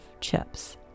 chips